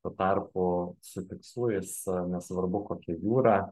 tuo tarpu su tikslu jis nesvarbu kokia jūra